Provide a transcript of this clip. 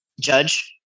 judge